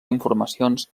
informacions